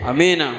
Amen